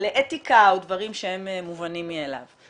כללי אתיקה או דברים מובנים מאליהם.